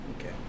Okay